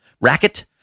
racket